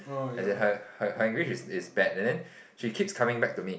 as in her her her English is bad and then she keeps coming back to me